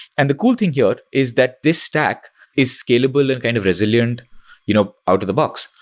and the cool thing here is that this stack is scalable and kind of resilient you know out of the box.